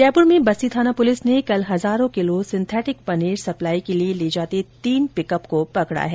जयपूर में बस्सी थाना पूलिस ने कल हजारों किलो सिंथेटिक पनीर सप्लाई के लिए ले जाते तीन पिकअप को पकड़ा है